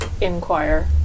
inquire